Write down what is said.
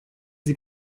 sie